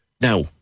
now